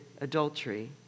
adultery